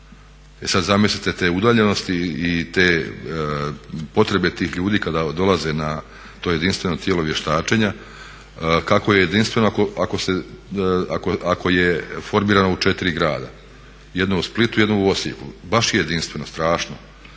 Sad zamislite te udaljenosti i potrebe tih ljudi kada dolaze na to jedinstveno tijelo vještačenja, kako je jedinstveno ako je formirano u četiri grada, jedno u Splitu, jedno u Osijeku. Baš je jedinstveno, strašno.